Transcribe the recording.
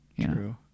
True